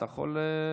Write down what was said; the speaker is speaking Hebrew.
אתה יכול לדבר.